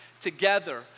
together